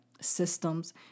systems